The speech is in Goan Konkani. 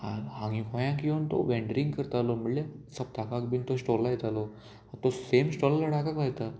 हांगा हांगा गोंयाक येवन तो वेडरींग करतालो म्हणल्यार सप्तकाक बीन तो स्टॉल लायतालो आनी तो सेम स्टॉल लडाकाक लायता